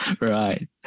Right